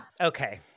Okay